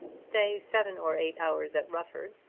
stay seven or eight hours at rufford,